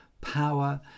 power